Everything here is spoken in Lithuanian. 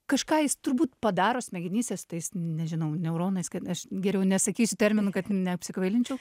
kažką jis turbūt padaro smegenyse su tais nežinau neuronais kad aš geriau nesakysiu terminų kad neapsikvailinčiau